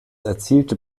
erzielte